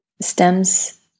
Stems